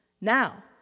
Now